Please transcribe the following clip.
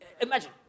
imagine